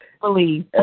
believe